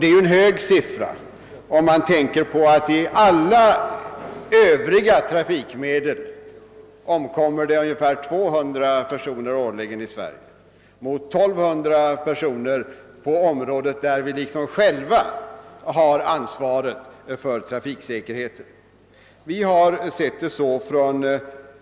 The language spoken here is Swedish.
Det är en hög siffra, i synnerhet om den jämförs med att olyckor med andra trafikmedel. kräver sammanlagt omkring. 200 dödsoffer per år. De flesta olyckorna inträffar alltså vid färd med trafikmedel för vilka vi så att säga själva bär ansvaret för säkerheten.